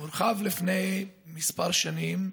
הורחב לפני כמה שנים,